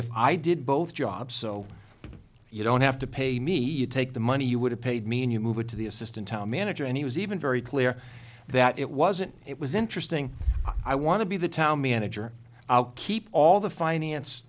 if i did both jobs so you don't have to pay me you take the money you would have paid me and you move it to the assistant manager and he was even very clear that it wasn't it was interesting i want to be the town manager i'll keep all the finance